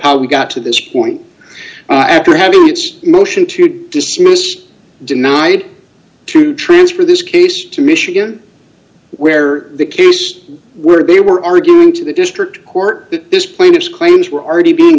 how we got to this point after having its motion to dismiss denied to transfer this case to michigan where the case where they were arguing to the district court this plaintiff's claims were already being